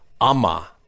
ama